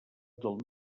del